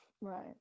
right